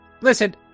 Listen